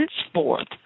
Henceforth